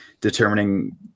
determining